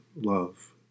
love